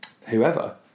whoever